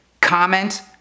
comment